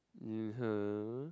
mmhmm